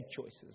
choices